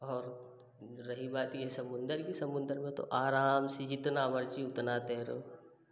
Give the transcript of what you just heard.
और रही बात ये समुंदर की समुंदर में तो आराम से जितना मर्ज़ी उतना तैरो